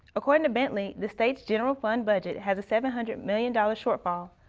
according to bentley. the state's general fund budget has a seven hundred million dollar shortfall.